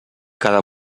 cada